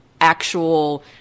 actual